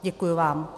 Děkuji vám.